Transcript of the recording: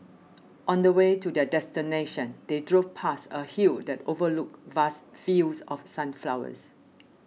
on the way to their destination they drove past a hill that overlooked vast fields of sunflowers